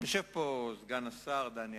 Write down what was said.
יושב פה סגן השר, דני אילון.